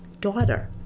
daughter